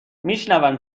میشونم